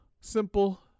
simple